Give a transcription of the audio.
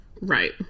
Right